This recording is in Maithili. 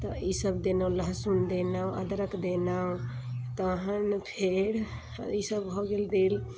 तऽ सब देलौं लहसुन देलौं अदरक देलौं तहैन फेर ई सब भऽ गेल देल